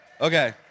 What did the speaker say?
okay